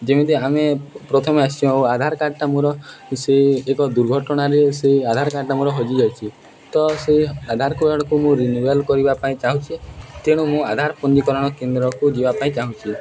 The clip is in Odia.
ଯେମିତି ଆମେ ପ୍ରଥମେ ଆସିଛୁ ଓ ଆଧାର କାର୍ଡ଼ଟା ମୋର ସେ ଏକ ଦୁର୍ଘଟଣାରେ ସେଇ ଆଧାର କାର୍ଡ଼ଟା ମୋର ହଜିଯାଇଛି ତ ସେଇ ଆଧାର କାର୍ଡ଼କୁ ମୁଁ ରିନୁଆଲ୍ କରିବା ପାଇଁ ଚାହୁଁଛି ତେଣୁ ମୁଁ ଆଧାର ପଞ୍ଜୀକରଣ କେନ୍ଦ୍ରକୁ ଯିବା ପାଇଁ ଚାହୁଁଛି